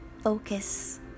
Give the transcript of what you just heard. focus